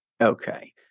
Okay